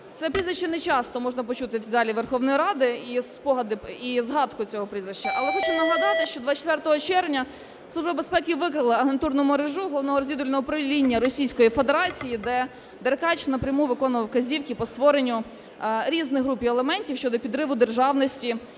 Це прізвище не часто можна почути в залі Верховної Ради і згадку цього прізвища. Але хочу нагадати, що 24 червня Служба безпеки викрила агентурну мережу Головного розвідувального управління Російської Федерації, де Деркач напряму виконував вказівки по створенню різних груп і елементів щодо підриву державності,